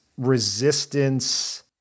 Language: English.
resistance